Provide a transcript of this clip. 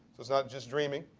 it's not just dreaming.